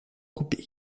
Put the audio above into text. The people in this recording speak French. couper